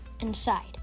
inside